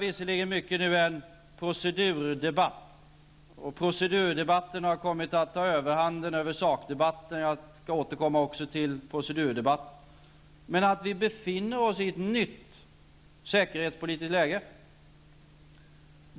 Visserligen för vi nu en procedurdebatt, och den har kommit att ta överhanden över sakdebatten. Jag skall återkomma till procedurdebatten, men vi befinner oss i ett nytt säkerhetspolitiskt läge.